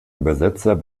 übersetzer